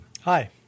Hi